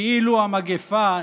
כאילו המגפה,